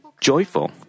joyful